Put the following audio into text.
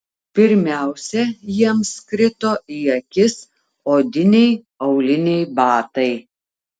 pirmiausia jiems krito į akis odiniai auliniai batai